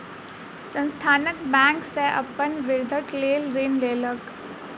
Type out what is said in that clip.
संस्थान बैंक सॅ अपन वृद्धिक लेल ऋण लेलक